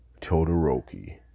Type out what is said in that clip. Todoroki